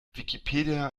wikipedia